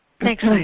Thanks